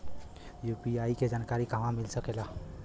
UPI के जानकारी कहवा मिल सकेले?